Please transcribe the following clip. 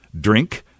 drink